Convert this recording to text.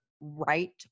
right